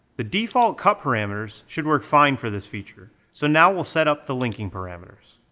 the default cut parameters should work fine for this feature, so now we'll set up the linking parameters.